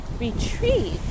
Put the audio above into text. retreat